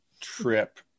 trip